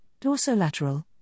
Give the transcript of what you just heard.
dorsolateral